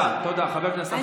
לא קשור.